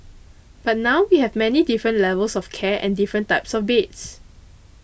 but now we have many different levels of care and different types of beds